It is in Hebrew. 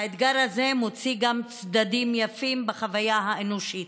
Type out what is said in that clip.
והאתגר הזה מוציא גם צדדים יפים בחוויה האנושית,